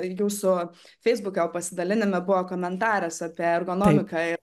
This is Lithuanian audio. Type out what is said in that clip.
jūsų feisbuko pasidalinime buvo komentaras apie ergonomiką